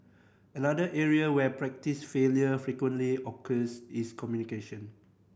another area where practice failure frequently occurs is communication